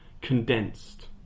condensed